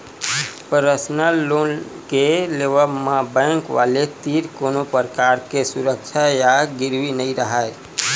personal loan के लेवब म बेंक वाले तीर कोनो परकार के सुरक्छा या गिरवी नइ राहय